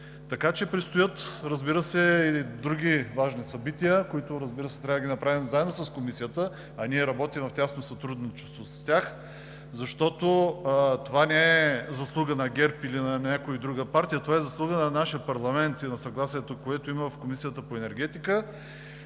енергия. Предстоят, разбира се, и други важни събития, които трябва да организираме заедно с Комисията, а ние работим в тясно сътрудничество с тях, защото това не е заслуга на ГЕРБ или на някоя друга партия, това е заслуга на нашия парламент и на съгласието, което има в Комисията по енергетика.